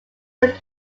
look